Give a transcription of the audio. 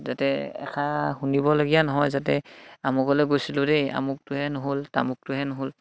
যাতে এষাৰ শুনিবলগীয়া নহয় যাতে আমুকলৈ গৈছিলোঁ দেই আমুকটোহে নহ'ল তামুকটোহে নহ'ল